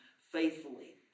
faithfully